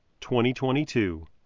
2022